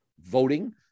voting